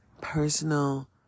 personal